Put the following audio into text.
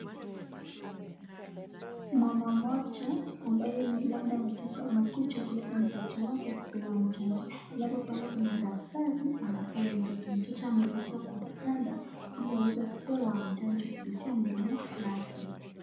Mama moja ambaye ni labda amekuja kuleta mtoto wake kupewa chanjo, alafu kuna daktari anapea mtoto. Mtoto amelazwa kwa kitanda ili aweze kupewa chanjo kupitia mdomo lake.